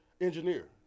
engineer